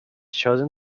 chosen